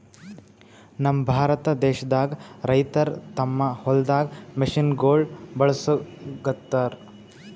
ನಮ್ ಭಾರತ ದೇಶದಾಗ್ ರೈತರ್ ತಮ್ಮ್ ಹೊಲ್ದಾಗ್ ಮಷಿನಗೋಳ್ ಬಳಸುಗತ್ತರ್